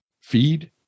feed